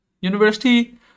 university